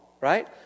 right